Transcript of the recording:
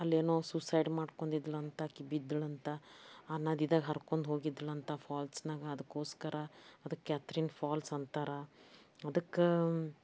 ಅಲ್ಲೇನೋ ಸೂಸೈಡ್ ಮಾಡ್ಕೊಂಡಿದ್ದಳಂತ ಆಕೆ ಬಿದ್ದಳಂತ ಆ ನದಿದಾಗೆ ಹರ್ಕೊಂಡು ಹೋಗಿದ್ದಳಂತ ಫಾಲ್ಸಿನಾಗ ಅದಕ್ಕೋಸ್ಕರ ಅದು ಕ್ಯಾತ್ರಿನ್ ಫಾಲ್ಸ್ ಅಂತಾರೆ ಅದಕ್ಕೆ